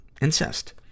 incest